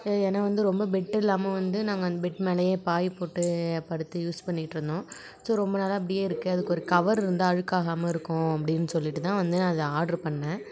ஏன்னால் வந்து ரொம்ப பெட்டு இல்லாமல் வந்து நாங்கள் அந் பெட் மேலேயே பாய் போட்டு படுத்து யூஸ் பண்ணிக்கிட்டு இருந்தோம் ஸோ ரொம்ப நாளாக அப்படியே இருக்குது அதுக்கொரு கவர் இருந்தால் அழுக்காமல் இருக்கும் அப்படின்னு சொல்லிவிட்டு தான் வந்து நான் அதை ஆர்ட்ரு பண்ணிணேன்